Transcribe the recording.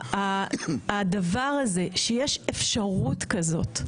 הדבר הזה שיש אפשרות כזאת,